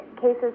cases